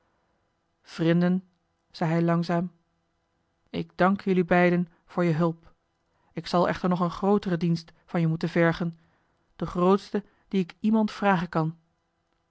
zei hij langzaam ik dank jelui beiden voor je hulp ik zal echter nog een grooteren dienst van je moeten vergen den grootsten dien ik iemand vragen kan